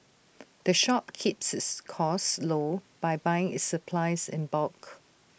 the shop keeps its costs low by buying its supplies in bulk